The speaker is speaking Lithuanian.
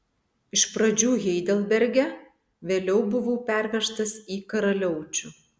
iš pradžių heidelberge vėliau buvau pervežtas į karaliaučių